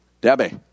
Debbie